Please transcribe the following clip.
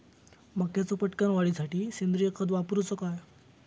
मक्याचो पटकन वाढीसाठी सेंद्रिय खत वापरूचो काय?